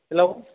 hello